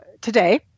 today